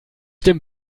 dem